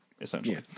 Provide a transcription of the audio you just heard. Essentially